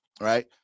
right